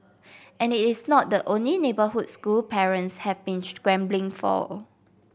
and it is not the only neighbourhood school parents have been scrambling for